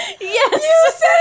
Yes